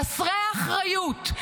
חסרי האחריות,